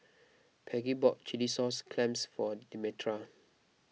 Peggie bought Chilli Sauce Clams for Demetra